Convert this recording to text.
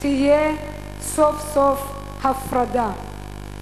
תהיה סוף-סוף הפרדה.